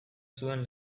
zuen